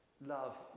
love